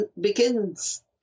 begins